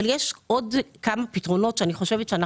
אבל יש עוד כמה פתרונות שדורשים חקיקה